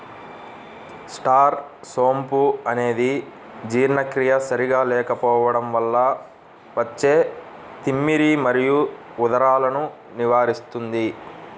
star సోంపు అనేది జీర్ణక్రియ సరిగా లేకపోవడం వల్ల వచ్చే తిమ్మిరి మరియు ఉదరాలను నివారిస్తుంది